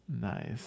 nice